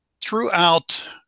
throughout